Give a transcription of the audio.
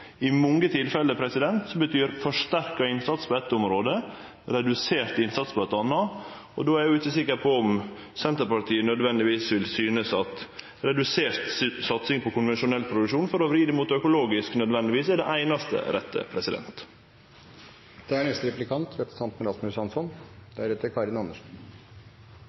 I mange tilfelle betyr forsterka innsats på eitt område redusert innsats på eit anna, og då er eg ikkje sikker på om Senterpartiet vil synast at redusert satsing på konvensjonell produksjon – for å vri det mot økologisk – nødvendigvis er det einaste rette.